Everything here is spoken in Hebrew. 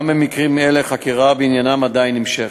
גם במקרים אלה החקירה בעניינם עדיין נמשכת.